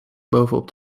bovenop